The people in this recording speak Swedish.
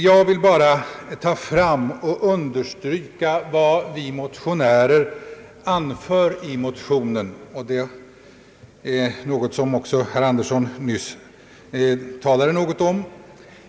Jag vill bara understryka vad vi motionärer anför i motionen — herr Andersson nämnde också något därom.